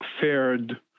fared